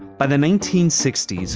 by the nineteen sixty s,